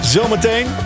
Zometeen